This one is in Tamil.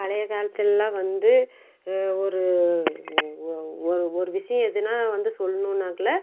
பழைய காலத்தில்லாம் வந்து ஒரு ஒ ஒரு ஒரு விஷயம் எதுன்னால் வந்து சொல்லணும்னாக்குல